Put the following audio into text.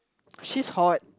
she's hot